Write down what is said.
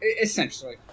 Essentially